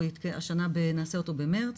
השנה נעשה אותו במרס.